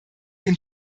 dem